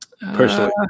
personally